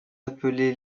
appelés